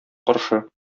каршы